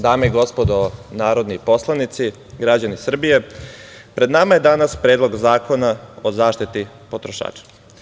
Dame i gospodo narodni poslanici, građani Srbije, pred nama je danas Predlog zakona o zaštiti potrošača.